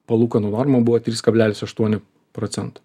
palūkanų norma buvo trys kablelis aštuoni procento